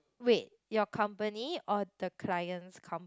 wait your company or the client's com~